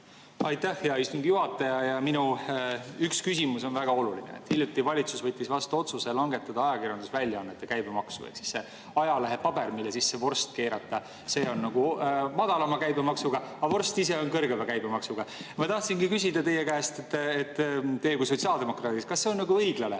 Aitäh, hea istungi juhataja! See minu üks küsimus on väga oluline. Hiljuti võttis valitsus vastu otsuse langetada ajakirjandusväljaannete käibemaksu ehk see ajalehepaber, mille sisse vorst keerata, on madalama käibemaksuga, vorst ise on kõrgema käibemaksuga. Ma tahtsingi küsida teie käest, teie kui sotsiaaldemokraadi käest: kas see on õiglane?